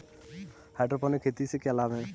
Hydroponic खेती से क्या लाभ हैं?